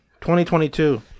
2022